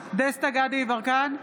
בעד דסטה גדי יברקן,